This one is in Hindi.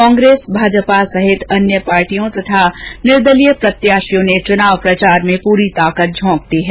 कांग्रेस भाजपा सहित अन्य पार्टियों तथा निर्दलीय प्रत्याशियों ने चुनाव प्रचार में पूरी ताकत झोंक दी है